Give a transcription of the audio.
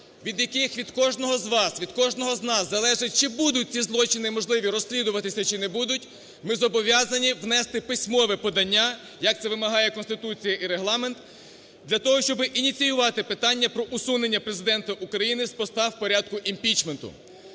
від яких, від кожного з вас, від кожного з нас залежить, чи будуть ці злочини можливі розслідуватися, чи не будуть, ми зобов'язані внести письмове подання, як це вимагає Конституція і Регламент, для того, щоб ініціювати питання про усунення Президента України з поста в порядку імпічменту.